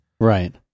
Right